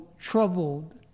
troubled